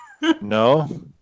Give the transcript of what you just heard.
No